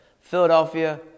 Philadelphia